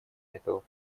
этого